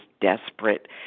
desperate